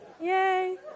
Yay